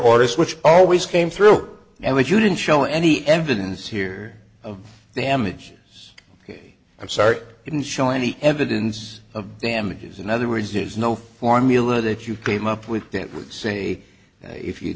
orders which always came through and that you didn't show any evidence here of damage i'm sorry didn't show any evidence of damages in other words use no formula that you came up with didn't would say if you